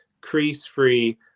crease-free